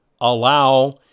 allow